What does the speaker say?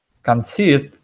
Consist